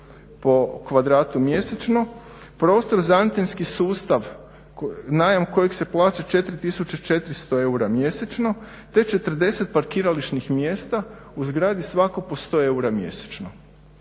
po kvadratu mjesečno. Prostor za antenski sustav, najam kojeg se plaća 4 tisuće 400 eura mjesečno te će 40 parkirališnih mjesta u zgradi svako po 100 eura mjesečno.